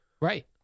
Right